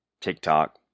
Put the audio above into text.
TikTok